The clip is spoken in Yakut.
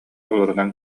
олорунан